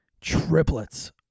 Triplets